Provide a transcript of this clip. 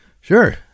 Sure